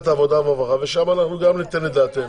העבודה והרווחה ושם אנחנו גם ניתן את דעתנו.